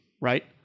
right